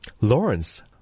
Lawrence